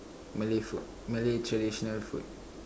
malay food malay traditional food